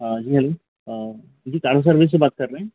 हाँ जी हैलो जी कार सर्विस से बात कर रहे हैं